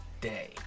day